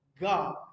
God